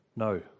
No